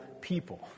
people